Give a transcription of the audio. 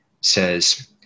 says